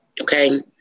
Okay